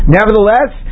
Nevertheless